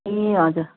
ए हजुर